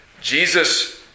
Jesus